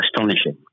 astonishing